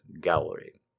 Gallery